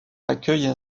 accueillent